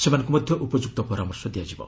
ସେମାନଙ୍କୁ ମଧ୍ୟ ଉପଯୁକ୍ତ ପରାମର୍ଶ ଦିଆଯିବ